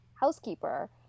housekeeper